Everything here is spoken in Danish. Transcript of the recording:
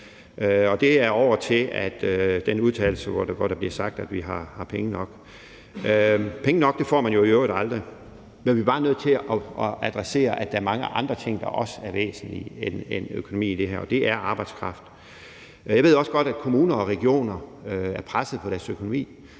Og det siger jeg om den udtalelse, hvor der bliver sagt, at vi har penge nok. Penge nok får man jo i øvrigt aldrig. Men vi er bare nødt til at adressere, at der er mange andre ting i det her end økonomien, der også er væsentlige, og det er arbejdskraft. Jeg ved også godt, at kommuner og regioner er pressede på deres økonomi.